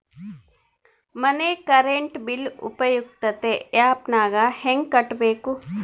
ಮನೆ current bill ಉಪಯುಕ್ತತೆ app ನಾಗ ಹೆಂಗ ಕಟ್ಟಬೇಕು?